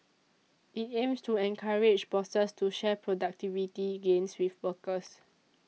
it aims to encourage bosses to share productivity gains with workers